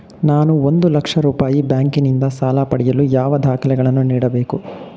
ನಾನು ಒಂದು ಲಕ್ಷ ರೂಪಾಯಿ ಬ್ಯಾಂಕಿನಿಂದ ಸಾಲ ಪಡೆಯಲು ಯಾವ ದಾಖಲೆಗಳನ್ನು ನೀಡಬೇಕು?